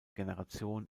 generation